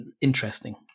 interesting